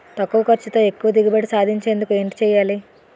తక్కువ ఖర్చుతో ఎక్కువ దిగుబడి సాధించేందుకు ఏంటి చేయాలి?